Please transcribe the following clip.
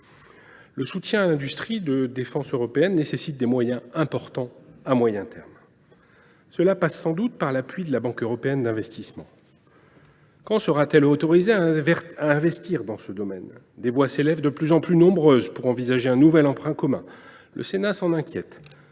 Le soutien à l’industrie de défense européenne nécessite des moyens importants à moyen terme. Cela passe sans doute par l’appui de la Banque européenne d’investissement. Quand celle ci sera t elle autorisée à investir dans ce domaine ? Des voix de plus en plus nombreuses s’élèvent pour envisager un nouvel emprunt commun. Le Sénat s’en inquiète,